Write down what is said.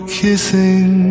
kissing